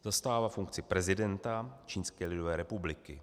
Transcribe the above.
Zastává funkci prezidenta Čínské lidové republiky.